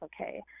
okay